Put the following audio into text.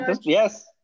Yes